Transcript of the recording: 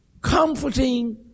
comforting